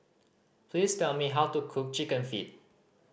please tell me how to cook Chicken Feet